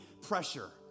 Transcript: pressure